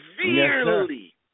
severely